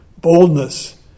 Boldness